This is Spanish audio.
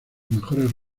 mejores